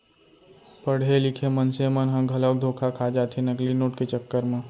पड़हे लिखे मनसे मन ह घलोक धोखा खा जाथे नकली नोट के चक्कर म